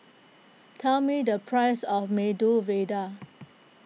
tell me the price of Medu Vada